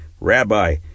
Rabbi